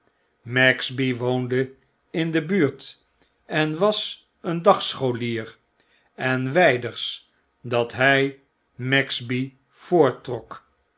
woonde in de buurt en was een dagscholier en wjjders dat hij